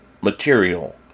material